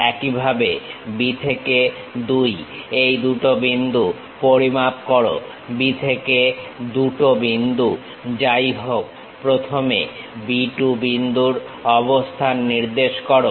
একইভাবে B থেকে 2 এই দুটো বিন্দু পরিমাপ করো B থেকে 2 টো বিন্দু যাই হোক প্রথমে B 2 বিন্দুর অবস্থান নির্দেশ করো